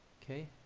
okay